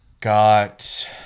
Got